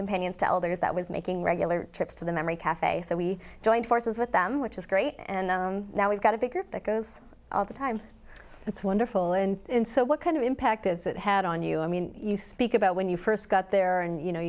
companions to elders that was making regular trips to the memory cafe so we joined forces with them which is great and now we've got a bigger that goes all the time it's wonderful and so what kind of impact is it had on you i mean you speak about when you first got there and you know